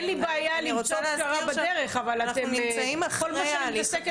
אני רוצה להזכיר שאנחנו נמצאים אחרי ההליך הפלילי.